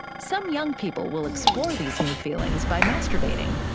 some young people will explore these new feelings by masturbating.